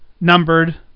numbered